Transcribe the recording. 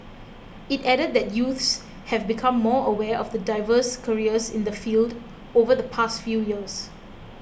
it added that youths have become more aware of the diverse careers in the field over the past few years